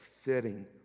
fitting